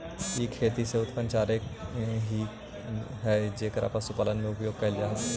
ई खेती से उत्पन्न चारे ही हई जेकर पशुपालन में उपयोग कैल जा हई